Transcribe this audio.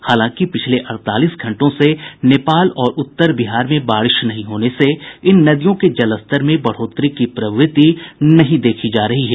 हालांकि पिछले अड़तालीस घंटों से नेपाल और उत्तर बिहार में बारिश नहीं होने से इन नदियों के जलस्तर में बढ़ोत्तरी की प्रवृति नहीं देखी जा रही है